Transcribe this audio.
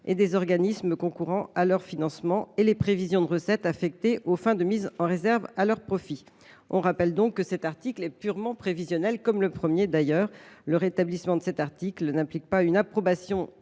et des organismes concourant à leur financement et les prévisions de recettes affectées aux fins de mise en réserve à leur profit. Je rappelle que cet article est purement prévisionnel. Son rétablissement n’implique pas une approbation